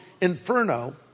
Inferno